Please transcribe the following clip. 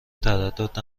تردید